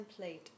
template